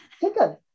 chicken